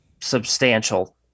substantial